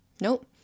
nope